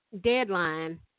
deadline